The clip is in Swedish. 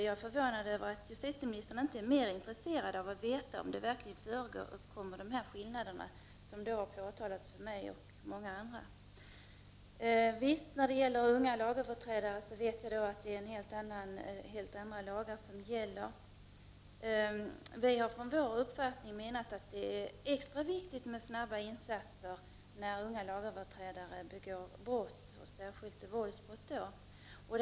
Jag är förvånad över att justitieministern inte är mer intresserad av att veta om dessa skillnader som påtalats för mig och många andra verkligen föreligger. Jag vet också att det är helt andra lagar som gäller beträffande unga lagöverträdare. Utifrån vår uppfattning har vi sagt att det är extra viktigt att snabbt vidta åtgärder när unga människor begår brott, särskilt våldsbrott.